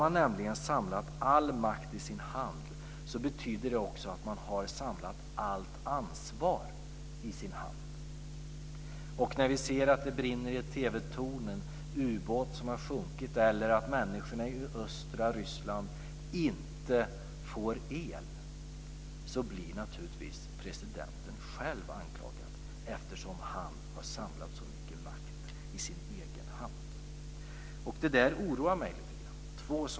Har man samlat all makt i sin hand betyder det nämligen också att man har samlat allt ansvar i sin hand. När vi ser att det brinner i ett TV-torn, att en ubåt har sjunkit eller att människorna i östra Ryssland inte får el - då blir naturligtvis presidenten själv anklagad eftersom han har samlat så mycket makt i sin egen hand. Det där oroar mig lite grann. Det är två saker.